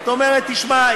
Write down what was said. את אומרת: תשמע,